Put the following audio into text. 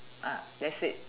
uh that's it